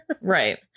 Right